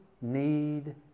need